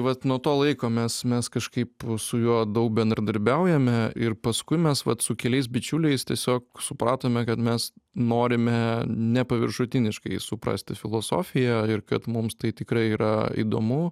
vat nuo to laiko mes mes kažkaip su juo daug bendradarbiaujame ir paskui mes vat su keliais bičiuliais tiesiog supratome kad mes norime nepaviršutiniškai suprasti filosofiją ir kad mums tai tikrai yra įdomu